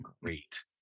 Great